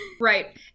right